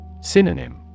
Synonym